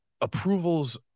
Approvals